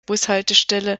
bushaltestelle